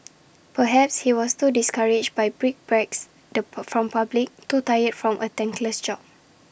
perhaps he was too discouraged by brickbats the from the public too tired from A thankless job